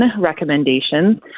recommendations